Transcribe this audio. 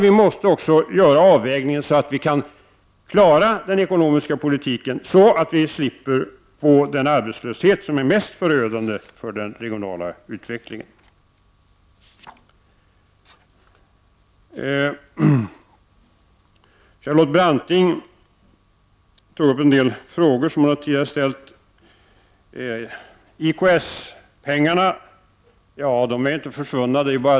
Vi måste också göra en avvägning så att den ekonomiska politiken kan klaras för att vi skall slippa få den arbetslöshet som är det som är mest förödande för den regionala utvecklingen. Charlotte Branting tog upp en del frågor som hon tidigare har ställt. IKS pengarna har inte försvunnit.